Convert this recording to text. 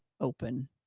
open